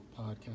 Podcast